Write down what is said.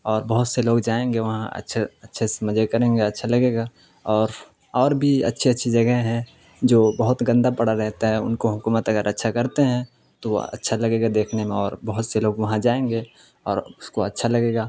اور بہت سے لوگ جائیں گے وہاں اچھے اچھے سے مجے کریں گے اچھا لگے گا اور اور بھی اچھی اچھی جگہیں ہیں جو بہت گندا پڑا رہتا ہے ان کو حکومت اگر اچھا کرتے ہیں تو وہ اچھا لگے گا دیکھنے میں اور بہت سے لوگ وہاں جائیں گے اور اس کو اچھا لگے گا